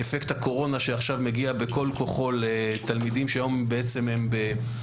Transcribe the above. על אפקט הקורונה שעכשיו מגיע בכל כוחו לתלמידים שהיום הם בתיכון,